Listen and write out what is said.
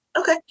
Okay